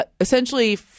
essentially